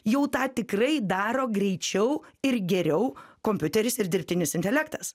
jau tą tikrai daro greičiau ir geriau kompiuteris ir dirbtinis intelektas